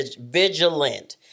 vigilant